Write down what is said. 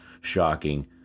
shocking